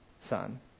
son